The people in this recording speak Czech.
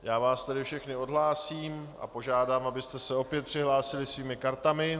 Já vás tedy všechny odhlásím a požádám, abyste se opět přihlásili svými kartami.